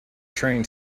train